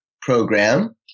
program